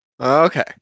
Okay